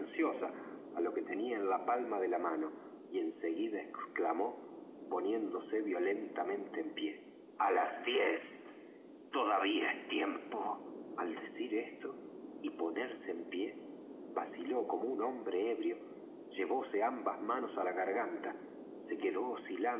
á lo que tenía en la palma de la mano y en seguida exclamó poniéndose violentamente en pie á las diez todavía es tiempo al decir esto y ponerse en pie vaciló como un hombre ebrio llevóse ambas manos á la garganta se quedó